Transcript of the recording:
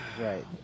Right